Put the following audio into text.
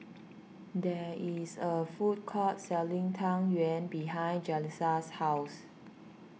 there is a food court selling Tang Yuen behind Jaleesa's house